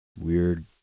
weird